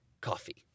coffee